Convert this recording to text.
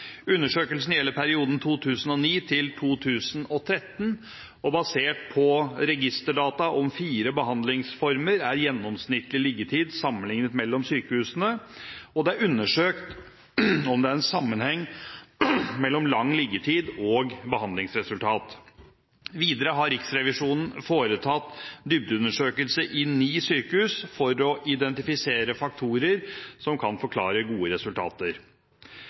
Undersøkelsen gjelder perioden 2009–2013, og basert på registerdata om fire behandlingsformer er gjennomsnittlig liggetid sammenliknet mellom sykehusene, og det er undersøkt om det er en sammenheng mellom lang liggetid og behandlingsresultat. Videre har Riksrevisjonen foretatt dybdeundersøkelse i ni sykehus for å identifisere faktorer som kan forklare gode resultater.